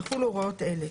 יחלו הוראות אלה: